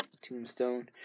tombstone